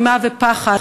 אימה ופחד,